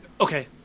okay